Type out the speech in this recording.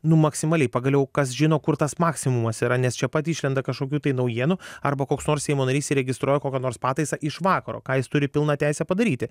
nu maksimaliai pagaliau kas žino kur tas maksimumas yra nes čia pat išlenda kažkokių tai naujienų arba koks nors seimo narys įregistruoja kokią nors pataisą iš vakaro ką jis turi pilną teisę padaryti